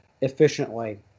efficiently